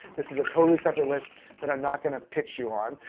this is a totally separate list that i'm not going to pitch you on.